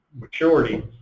maturity